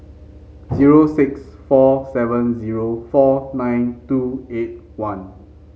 zero six four seven zero four nine two eight one